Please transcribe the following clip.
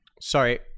Sorry